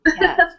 Yes